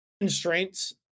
constraints